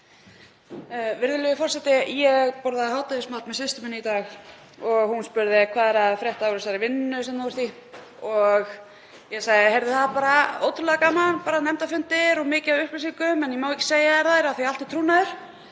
Virðulegur forseti. Ég borðaði hádegismat með systur minni í dag og hún spurði: Hvað er að frétta úr þessari vinnu sem þú ert í? Ég sagði: Heyrðu, það er bara ótrúlega gaman, nefndarfundir og mikið af upplýsingum, en ég má ekki segja frá þeim því að allt er trúnaður.